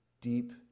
deep